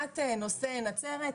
המינוי והאם יש מנהל מחלקת טיפול נמרץ.